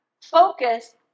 focus